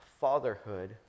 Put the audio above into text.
fatherhood